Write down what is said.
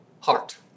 heart